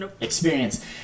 experience